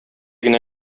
генә